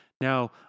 Now